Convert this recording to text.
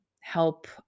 help